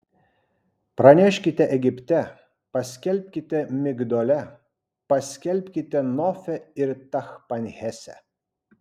praneškite egipte paskelbkite migdole paskelbkite nofe ir tachpanhese